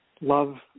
love